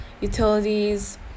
utilities